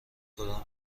کدام